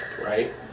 right